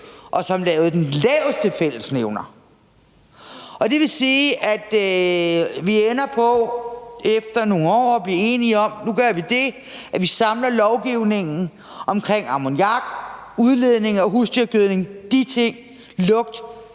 og som lavede den laveste fællesnævner. Det vil sige, at vi efter nogle år ender på at blive enige om, at nu gør vi det, at vi samler lovgivningen omkring ammoniak, udledning af husdyrgødning, lugt